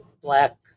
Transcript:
black